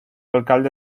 alcalde